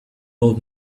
old